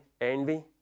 envy